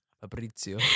Fabrizio